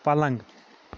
پلنٛگ